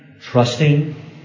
Trusting